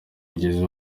bigeze